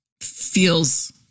feels